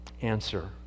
answer